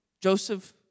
Joseph